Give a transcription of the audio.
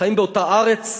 חיים באותה ארץ,